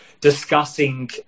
discussing